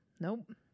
Nope